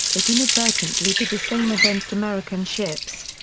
it inadvertently did the same against american ships.